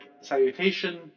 salutation